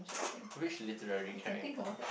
which literary character